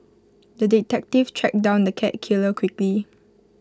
the detective tracked down the cat killer quickly